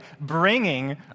Bringing